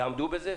יעמדו בזה?